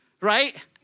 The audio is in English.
right